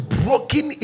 broken